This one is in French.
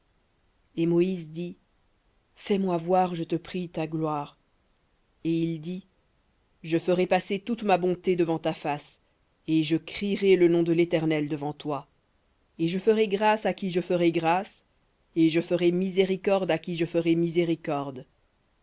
et dit fais-moi voir je te prie ta gloire et il dit je ferai passer toute ma bonté devant ta face et je crierai le nom de l'éternel devant toi et je ferai grâce à qui je ferai grâce et je ferai miséricorde à qui je ferai miséricorde